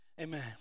Amen